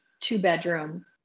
two-bedroom